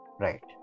right